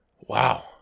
Wow